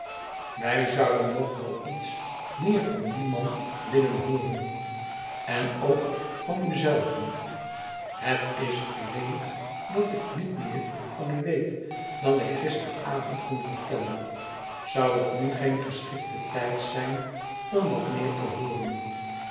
wij zouden nog wel iets meer van dien man bogen willen hooren en ook van u zelven het is vreemd dat ik niet meer van u weet dan ik gisteravond kon vertellen zou het nu geen geschikte tijd zijn om wat meer te hooren